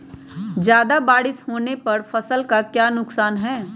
ज्यादा बारिस होने पर फसल का क्या नुकसान है?